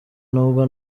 nubwo